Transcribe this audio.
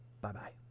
Bye-bye